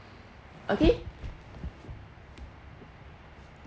okay